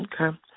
okay